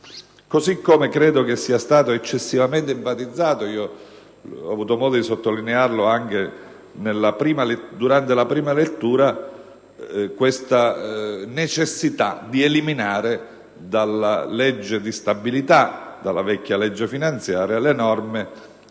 Così come credo sia stata eccessivamente enfatizzata - ho avuto modo di sottolinearlo durante la prima lettura - la necessità di eliminare dalla legge di stabilità, dalla vecchia legge finanziaria, le norme